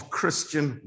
Christian